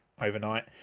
overnight